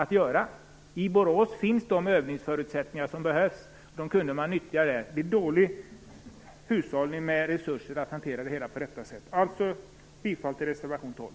I Borås finns de övningsförutsättningar som behövs. De kunde man nyttja. Det är alltså dålig hushållning med resurser att hantera det hela på detta sätt. Jag yrkar, som sagt, bifall till reservation 12.